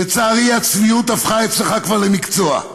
לצערי הצביעות הפכה אצלך כבר למקצוע,